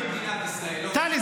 טלי,